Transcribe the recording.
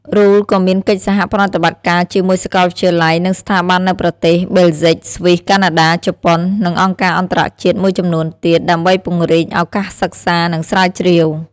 RULE ក៏មានកិច្ចសហប្រតិបត្តិការជាមួយសាកលវិទ្យាល័យ និងស្ថាប័ននៅប្រទេសបែលហ្ស៊ិក ស្វីស កាណាដា ជប៉ុន និងអង្គការអន្តរជាតិមួយចំនួនទៀត ដើម្បីពង្រីកឱកាសសិក្សា និងស្រាវជ្រាវ។